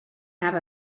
have